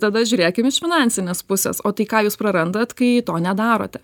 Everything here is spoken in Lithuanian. tada žiūrėkim iš finansinės pusės o tai ką jūs prarandat kai to nedarote